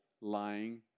lying